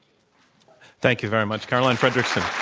thank you very much, caroline frederickson.